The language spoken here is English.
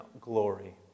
glory